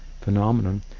phenomenon